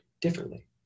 differently